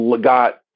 got